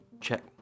Check